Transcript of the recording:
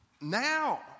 now